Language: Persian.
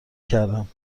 کردم